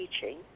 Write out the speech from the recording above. teaching